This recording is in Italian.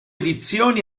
edizioni